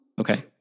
okay